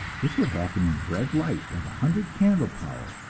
this would happen in red light of a hundred candle power,